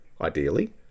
ideally